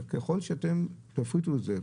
ככל שאתם תפריטו את זה,